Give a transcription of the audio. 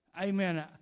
Amen